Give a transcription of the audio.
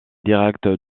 directe